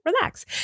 relax